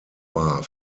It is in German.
war